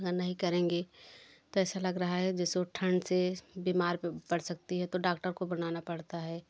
अगर नहीं करेंगे तो ऐसा लग रहा है जैसे वो ठंड से बीमार भी पड़ सकती है तो डॉक्टर को बुलाना पड़ता है